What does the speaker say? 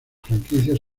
franquicias